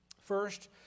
First